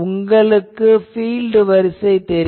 உங்களுக்கு பீல்ட் வரிசை தெரியும்